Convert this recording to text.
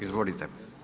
Izvolite.